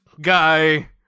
guy